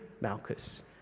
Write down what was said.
Malchus